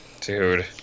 Dude